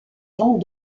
vents